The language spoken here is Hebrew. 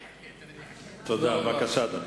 בבקשה, אדוני.